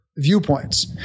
viewpoints